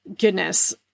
goodness